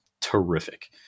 Terrific